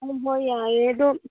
ꯍꯣꯏ ꯍꯣꯏ ꯌꯥꯏꯌꯦ ꯑꯗꯣ